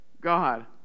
God